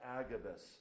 Agabus